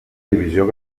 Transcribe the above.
divisió